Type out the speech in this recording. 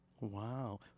Wow